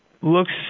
looks